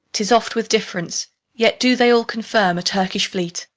tis oft with difference yet do they all confirm a turkish fleet,